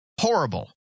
Horrible